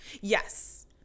Yes